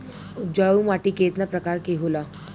उपजाऊ माटी केतना प्रकार के होला?